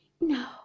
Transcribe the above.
No